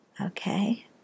Okay